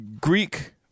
Greek